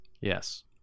Yes